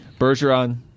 Bergeron